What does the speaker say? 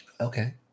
Okay